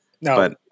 No